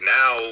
now